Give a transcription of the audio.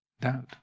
doubt